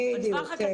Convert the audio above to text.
בדיוק.